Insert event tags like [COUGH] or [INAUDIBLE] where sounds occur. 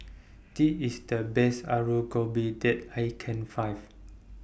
[NOISE] The IS The Best Alu Gobi that I Can Find